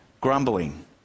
grumbling